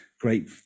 great